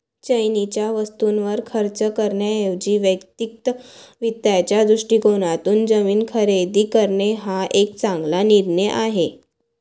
चैनीच्या वस्तूंवर खर्च करण्याऐवजी वैयक्तिक वित्ताच्या दृष्टिकोनातून जमीन खरेदी करणे हा एक चांगला निर्णय आहे